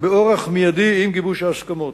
באורח מיידי, עם גיבוש ההסכמות.